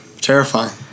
Terrifying